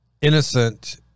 innocent